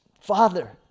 Father